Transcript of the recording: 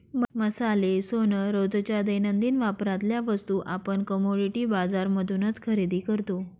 मसाले, सोन, रोजच्या दैनंदिन वापरातल्या वस्तू आपण कमोडिटी बाजार मधूनच खरेदी करतो